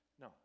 No